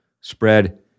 spread